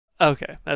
Okay